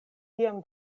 tiam